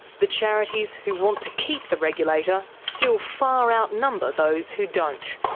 the charities who want to keep the regulator still far outnumber those who don't.